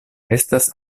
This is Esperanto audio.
estas